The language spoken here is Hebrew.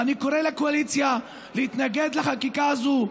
ואני קורא לקואליציה להתנגד לחקיקה הזאת.